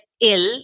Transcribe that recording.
ill